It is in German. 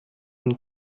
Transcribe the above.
and